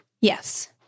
Yes